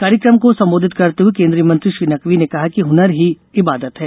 कार्यक्रम को संबोधित करते हुए केंद्रीय मंत्री श्री नकवी ने कहा कि हनर ही इबादत है